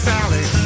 Sally